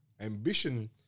ambition